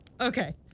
Okay